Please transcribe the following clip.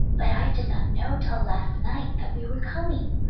but i did not know till last night that we were coming.